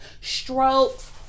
strokes